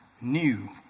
new